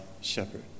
shepherd